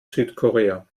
südkorea